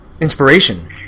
Inspiration